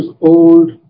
old